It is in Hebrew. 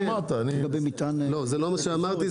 זה לא מה שאמרתי.